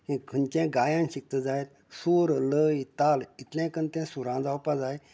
की खंयचें गायन शिकता जायत सूर लय ताल कितलें कर्न तें सुरान जावपाक जाय